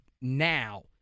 now